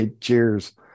Cheers